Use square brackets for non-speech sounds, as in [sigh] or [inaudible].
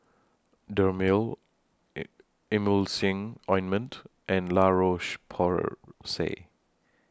Dermale [hesitation] Emulsying Ointment and La Roche Porsay